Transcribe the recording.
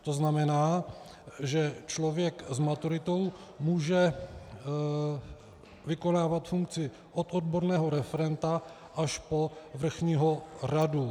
To znamená, že člověk s maturitou může vykonávat funkci od odborného referenta až po vrchního radu.